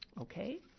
okay